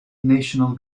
national